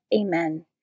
Amen